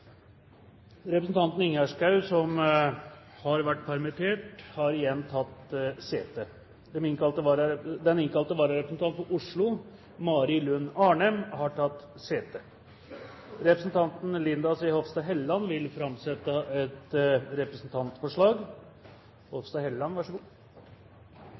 Representanten Ingjerd Schou, som har vært permittert, har igjen tatt sete. Den innkalte vararepresentanten for Oslo, Mari Lund Arnem, har tatt sete. Representanten Linda C. Hofstad Helleland vil framsette et representantforslag.